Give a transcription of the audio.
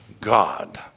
God